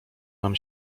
nam